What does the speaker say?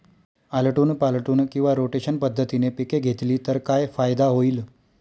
आलटून पालटून किंवा रोटेशन पद्धतीने पिके घेतली तर काय फायदा होईल?